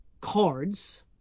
cards